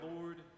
Lord